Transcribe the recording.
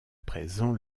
présent